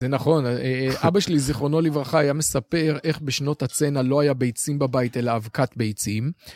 זה נכון, אבא שלי, זיכרונו לברכה, היה מספר איך בשנות הצנע לא היה ביצים בבית אלא אבקת ביצים.